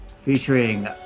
featuring